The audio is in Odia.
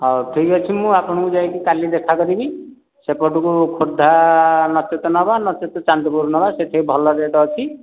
ହଉ ଠିକ୍ ଅଛି ମୁଁ ଆପଣଙ୍କୁ ଯାଇକି କଲି ଦେଖା କରିବି ସେପଟକୁ ଖୋର୍ଦ୍ଧା ନଚେତ୍ ନେବା ନଚେତ୍ ଚାନ୍ଦପୁର ନେବା ସେଇଠି ଭଲ ରେଟ୍ ଅଛି